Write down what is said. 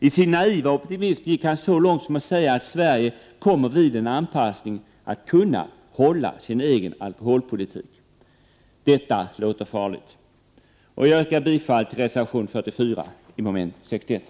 I sin naiva optimism gick han så långt som att säga att Sverige vid en anpassning till EG kommer att kunna föra sin egen alkoholpolitik. Detta låter farligt, och jag yrkar bifall till reservation 4 under mom. 61.